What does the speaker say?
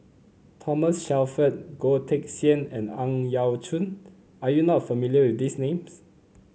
Thomas Shelford Goh Teck Sian and Ang Yau Choon are you not familiar with these names